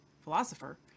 philosopher